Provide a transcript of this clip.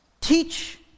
teach